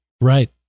Right